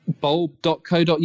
bulb.co.uk